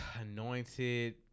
anointed